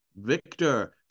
Victor